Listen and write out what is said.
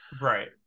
Right